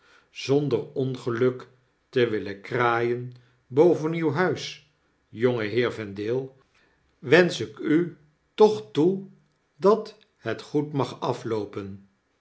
zonder ongeluk te willen kraaien boven uw huis jongeheer vendale wensch ik utoch toe dat het goed mag afioopen